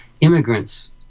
immigrants